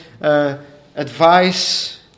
advice